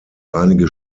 einige